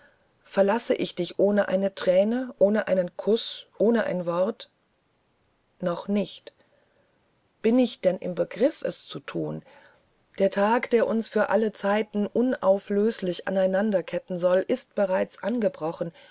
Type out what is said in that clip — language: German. verlasse ich dich ohne eine thräne ohne einen kuß ohne ein wort noch nicht bin ich denn im begriff es zu thun der tag der uns für alle zeiten unauflöslich aneinander ketten soll ist bereits angebrochen